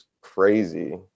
crazy